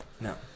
No